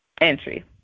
entry